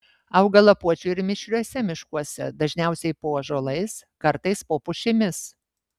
auga lapuočių ir mišriuose miškuose dažniausiai po ąžuolais kartais po pušimis